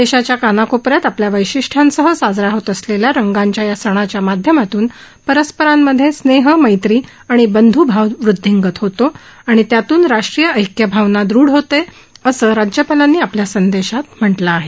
देशाच्या सर्व कानाकोपऱ्यात आपल्या वैशिष्ट्यांसह साजरा होत असलेल्या रंगांच्या या सणाच्या माध्यमातून परस्परांमध्ये स्नेह मैत्री आणि बंधूभाव वृदधिंगत होतो आणि त्यातून राष्ट्रीय ऐक्य भावना दृढ होते असं राज्यपालांनी आपल्या संदेशात म्हटलं आहे